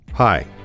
Hi